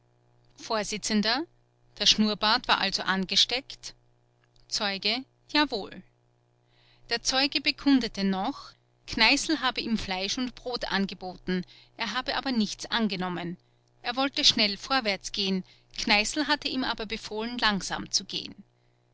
vors der schnurrbart war also angesteckt zeuge jawohl der zeuge bekundete noch kneißl habe ihm fleisch und brot angeboten er habe aber nichts angenommen er wollte schnell vorwärtsgehen kneißl hatte ihm aber befohlen langsam zu gehen